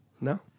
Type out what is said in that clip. No